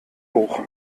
hoch